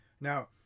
now